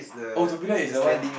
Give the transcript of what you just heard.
oh torpedo is the one